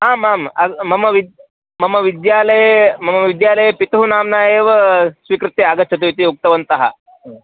आम् आम् मम विद् मम विद्यालये मम विद्यालये पितुः नाम्ना एव स्वीकृत्य आगच्छतु इति उक्तवन्तः